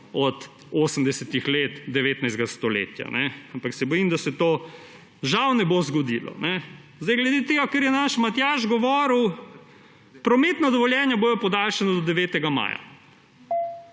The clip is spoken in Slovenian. od 80. let 19. stoletja. Ampak se bojim, da se to žal ne bo zgodilo. Glede tega, kar je naš Matjaž govoril, prometna dovoljenja bodo podaljšana do 9. maja.